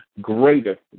greater